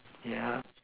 yeah